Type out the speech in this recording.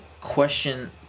question